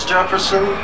Jefferson